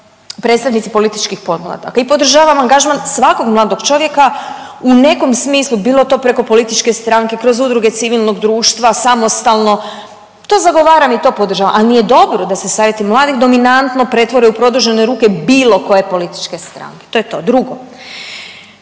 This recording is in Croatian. predstavnici političkih podmladaka i podržavam angažman svakog mladog čovjeka u nekom smislu bilo to preko političke stranke, kroz udruge civilnog društva, samostalno. To zagovaram i to podržavam ali nije dobro da se Savjeti mladih dominantno pretvore u produžene ruke bilo koje političke stranke. To je to. Drugo,